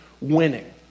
winning